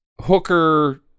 hooker